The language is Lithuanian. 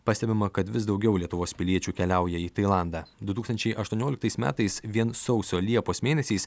pastebima kad vis daugiau lietuvos piliečių keliauja į tailandą du tūkstančiai aštuonioliktais metais vien sausio liepos mėnesiais